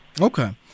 Okay